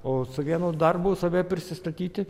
o su vienu darbu save prisistatyti